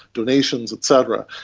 donations et cetera.